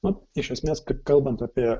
na iš esmės kaip kalbant apie